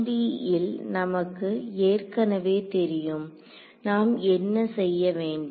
1D ல்நமக்கு ஏற்கனவே தெரியும் நாம் என்ன செய்ய வேண்டும்